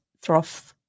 Throth